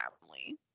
family